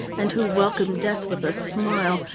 and who welcome death with a smile,